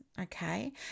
Okay